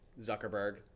Zuckerberg